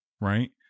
Right